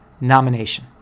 nomination